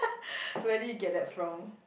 where did you get that from